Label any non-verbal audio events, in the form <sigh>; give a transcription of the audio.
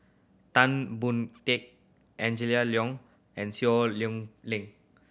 Tan Boon Teik Angela Liong and Seow <unintelligible> Lei